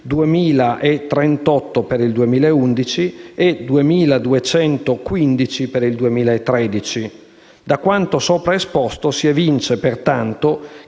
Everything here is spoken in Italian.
2.038 per il 2011 e 2.215 per il 2013. Da quanto sopra esposto, si evince, pertanto,